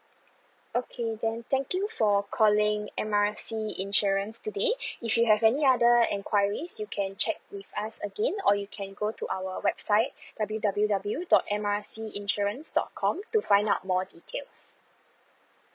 okay then thank you for calling M R C insurance today if you have any other enquiries you can check with us again or you can go to our website W_W_W dot M R C insurance dot com to find out more details